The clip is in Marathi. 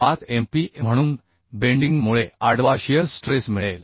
5MPa म्हणून बेंडिंग मुळे आडवा शिअर स्ट्रेस मिळेल